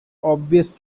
obvious